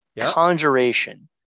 Conjuration